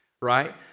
right